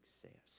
success